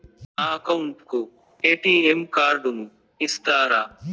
నా అకౌంట్ కు ఎ.టి.ఎం కార్డును ఇస్తారా